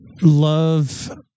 love